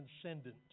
transcendent